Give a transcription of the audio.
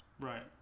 Right